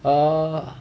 err